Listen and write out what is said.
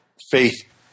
faith